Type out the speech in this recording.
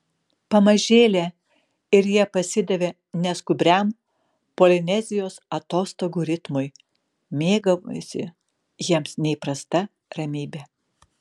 pamažėle ir jie pasidavė neskubriam polinezijos atostogų ritmui mėgavosi jiems neįprasta ramybe